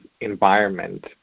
environment